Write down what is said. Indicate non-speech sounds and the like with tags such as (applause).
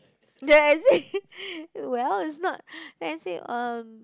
then I say (laughs) well it's not then I say uh